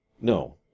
no